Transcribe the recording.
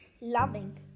loving